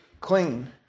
clean